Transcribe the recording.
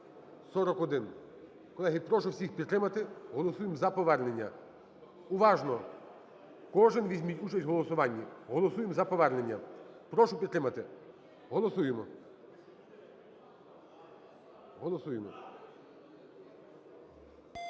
8141). Колеги, прошу всіх підтримати. Голосуємо за повернення. Уважно! Кожен візьміть участь в голосуванні. Голосуємо за повернення. Прошу підтримати. Голосуємо. Голосуємо.